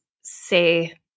say